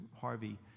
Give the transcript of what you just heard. Harvey